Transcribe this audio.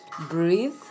breathe